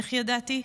איך ידעתי?